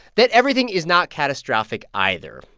that everything is not catastrophic either.